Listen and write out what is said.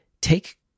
take